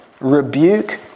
rebuke